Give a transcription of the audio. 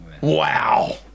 wow